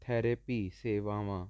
therapy ਸੇਵਾਵਾਂ